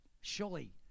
Surely